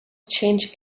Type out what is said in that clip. change